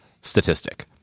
statistic